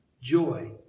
joy